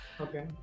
Okay